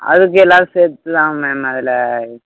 அதுக்கு எல்லாம் சேர்த்துதான் மேம் அதில்